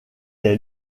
est